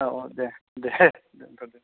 औ औ दे दे दोनथ'दिनि